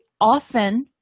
often